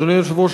אדוני היושב-ראש,